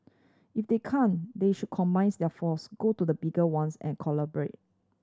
if they can't they should combines their force go to the bigger ones and collaborate